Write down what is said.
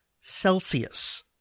Celsius